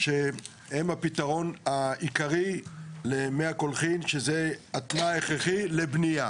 שהם הפתרון העיקרי למי הקולחין שזה התנאי ההכרחי לבנייה,